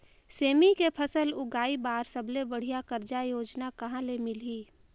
सेमी के फसल उगाई बार सबले बढ़िया कर्जा योजना कहा ले मिलही?